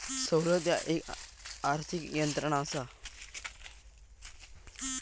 सवलत ह्या एक आर्थिक यंत्रणा असा